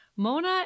Mona